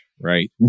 Right